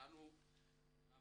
איתנו גם